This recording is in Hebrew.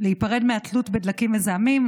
להיפרד מהתלות בדלקים מזהמים,